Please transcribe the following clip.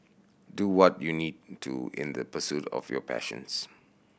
do what you need to in the pursuit of your passions